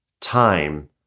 time